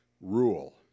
rule